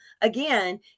again